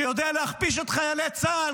שיודע להכפיש את חיילי צה"ל,